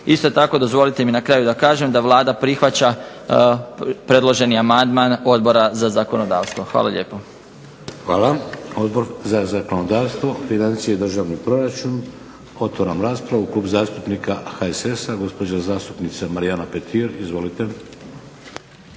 Isto tako dozvolite mi na kraju da kažem da Vlada prihvaća predloženi amandman Odbora za zakonodavstvo. Hvala lijepa. **Šeks, Vladimir (HDZ)** Hvala. Odbor za zakonodavstvo, financije i državni proračun? Otvaram raspravu. Klub zastupnika HSS-a gospođa zastupnica Marijana Petir. Izvolite.